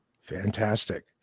Fantastic